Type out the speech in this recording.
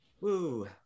Woo